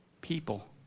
people